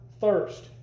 thirst